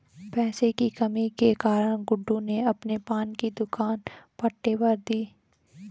पैसे की कमी के कारण गुड्डू ने अपने पान की दुकान पट्टे पर दी